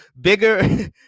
bigger